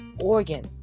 organ